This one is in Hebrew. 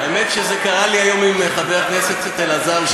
האמת שזה קרה לי היום עם חבר הכנסת אלעזר שטרן.